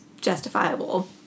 justifiable